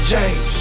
James